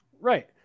right